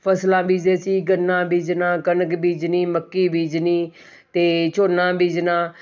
ਫਸਲਾਂ ਬੀਜਦੇ ਸੀ ਗੰਨਾ ਬੀਜਣਾ ਕਣਕ ਬੀਜਣੀ ਮੱਕੀ ਬੀਜਣੀ ਅਤੇ ਝੋਨਾ ਬੀਜਣਾ